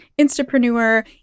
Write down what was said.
Instapreneur